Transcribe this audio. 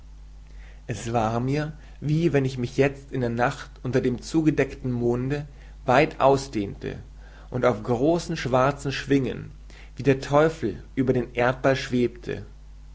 es war mir wie wenn ich mich jezt in der nacht unter dem zugedeckten monde weit ausdehnte und auf großen schwarzen schwingen wie der teufel über dem erdball schwebte